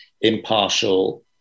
impartial